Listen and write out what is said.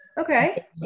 Okay